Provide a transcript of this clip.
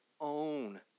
own